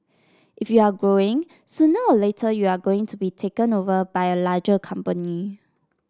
if you're growing sooner or later you are going to be taken over by a larger company